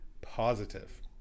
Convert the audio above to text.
positive